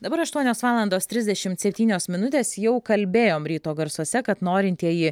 dabar aštuonios valandos trisdešimt septynios minutės jau kalbėjom ryto garsuose kad norintieji